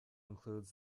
includes